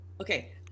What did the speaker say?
Okay